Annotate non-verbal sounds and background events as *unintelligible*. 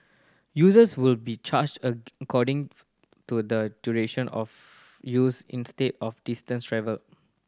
users will be charged *unintelligible* to the duration of use instead of distance travelled